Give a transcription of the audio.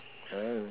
ah